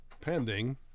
pending